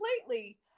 completely